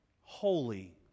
holy